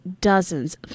dozens